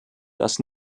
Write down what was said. das